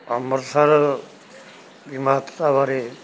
ਅੰਮ੍ਰਿਤਸਰ ਦੀ ਮਹੱਤਤਾ ਬਾਰੇ